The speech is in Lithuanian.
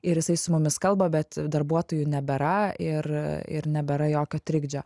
ir jisai su mumis kalba bet darbuotojų nebėra ir ir nebėra jokio trikdžio